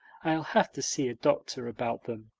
i'll have to see a doctor about them.